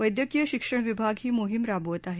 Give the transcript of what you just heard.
वैद्यकीय शिक्षण विभाग ही मोहीम राबवत आहे